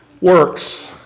works